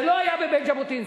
זה לא היה בבית ז'בוטינסקי.